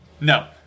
No